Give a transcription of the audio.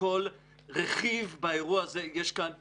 בכל רכיב באירוע הזה יש כאן פיגוע,